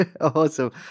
Awesome